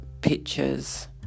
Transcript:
pictures